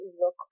look